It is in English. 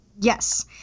Yes